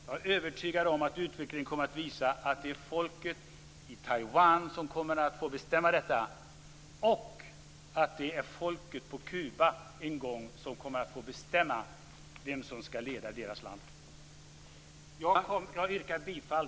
Jag är övertygad om att utvecklingen kommer att visa att folket i Taiwan kommer att få bestämma detta och att folket på Kuba en gång kommer att få bestämma vem som skall leda det landet. Jag yrkar bifall till reservation 4.